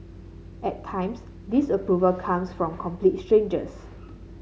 at times disapproval comes from complete strangers